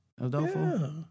Adolfo